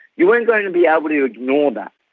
you weren't going to be able to ignore that.